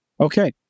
Okay